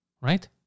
Right